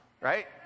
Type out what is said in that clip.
right